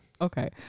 Okay